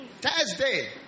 Thursday